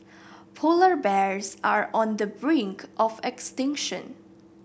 polar bears are on the brink of extinction